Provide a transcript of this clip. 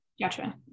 gotcha